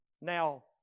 Now